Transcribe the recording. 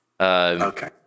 Okay